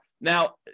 Now